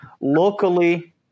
locally